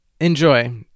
enjoy